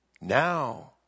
Now